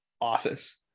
office